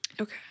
okay